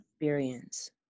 experience